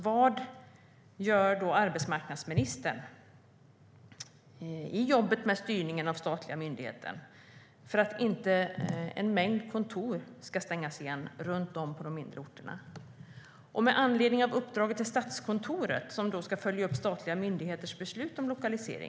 Vad gör arbetsmarknadsministern med styrningen av den statliga myndigheten för att inte en mängd kontor på de mindre orterna ska stängas igen, och i skenet av att Arbetsförmedlingen ska erbjuda likvärdig service i hela landet?